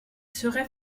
serait